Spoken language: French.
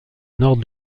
nord